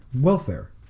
Welfare